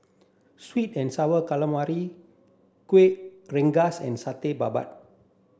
sweet and sour calamari Kueh Rengas and Satay Babat